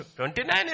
29